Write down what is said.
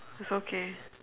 it's okay